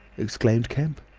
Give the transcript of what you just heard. exclaimed kemp.